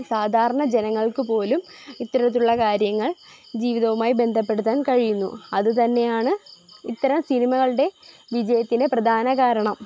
സാധാരണ ജനങ്ങൾക്ക് പോലും ഇത്തരത്തിലുള്ള കാര്യങ്ങൾ ജീവിതവുമായി ബന്ധപ്പെടുത്താൻ കഴിയുന്നു അത് തന്നെയാണ് ഇത്തരം സിനിമകളുടെ വിജയത്തിൻറെ പ്രധാന കാരണം